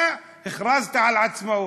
אתה הכרזת על עצמאות.